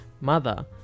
mother